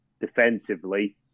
defensively